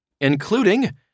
including